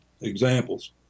examples